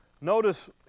Notice